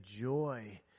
joy